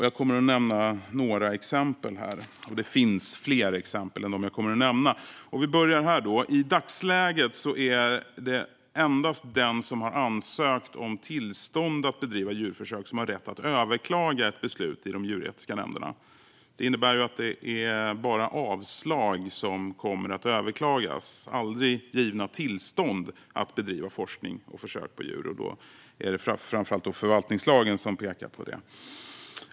Jag kommer att nämna några exempel, men det finns fler. I dagsläget är det endast de som har ansökt om tillstånd att bedriva djurförsök som har rätt att överklaga beslut i de djurförsöksetiska nämnderna. Det innebär att det bara är avslag som kommer att överklagas, aldrig givna tillstånd att bedriva forskning och försök på djur. Det är framför allt förvaltningslagen som pekar på det.